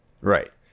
Right